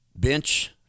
Bench